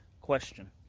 question